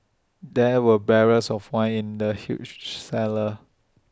there were barrels of wine in the huge cellar